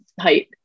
height